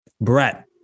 Brett